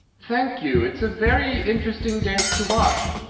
thank you, it's a very interesting dance to watch,